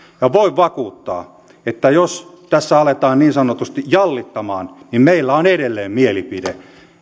ja voin vakuuttaa että jos tässä aletaan niin sanotusti jallittamaan niin meillä on edelleen mielipide